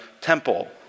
temple